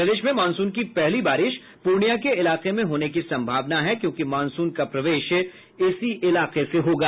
प्रदेश में मॉनसून की पहली बारिश पूर्णिया के इलाके में होने की संभावना है क्योंकि मॉनसून का प्रवेश उसी इलाके से होगा